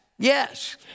Yes